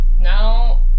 now